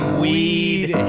weed